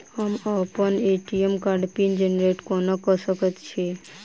हम अप्पन ए.टी.एम कार्डक पिन जेनरेट कोना कऽ सकैत छी?